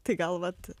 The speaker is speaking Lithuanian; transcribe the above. tai gal vat